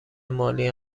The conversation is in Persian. مالی